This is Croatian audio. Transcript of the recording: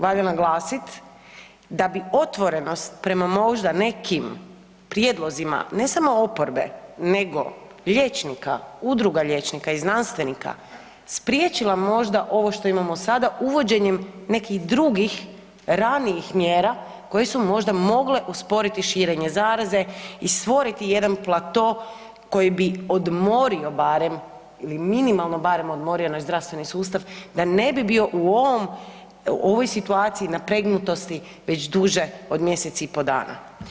valja naglasit da bi otvorenost prema možda nekim prijedlozima, ne samo oporbe, nego liječnika, udruga liječnika i znanstvenika spriječila možda ovo što imamo sada uvođenjem nekih drugih ranijih mjera koje su možda mogle usporiti širenje zaraze i stvoriti jedan plato koji bi odmorio barem ili minimalno barem odmorio naš zdravstveni sustav da ne bi bio u ovom, ovoj situaciji napregnutosti već duže od mjesec i po dana.